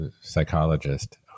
psychologist